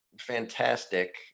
fantastic